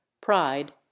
pride